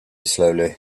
slowly